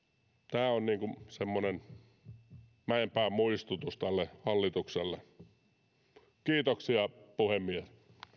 tämä on semmoinen mäenpään muistutus tälle hallitukselle kiitoksia puhemies